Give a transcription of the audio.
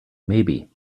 maybe